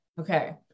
Okay